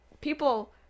People